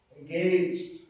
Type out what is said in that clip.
engaged